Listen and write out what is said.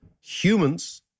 humans